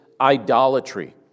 idolatry